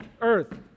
earth